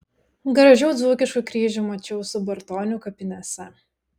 gražių dzūkiškų kryžių mačiau subartonių kapinėse